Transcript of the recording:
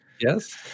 Yes